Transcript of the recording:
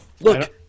Look